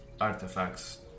artifacts